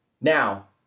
Now